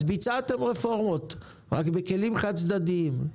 אז ביצעתם רפורמות, רק בכלים חד-צדדיים.